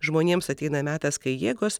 žmonėms ateina metas kai jėgos